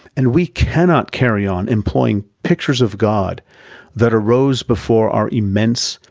and we cannot carry on employing pictures of god that arose before our immense,